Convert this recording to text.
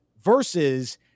versus